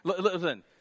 listen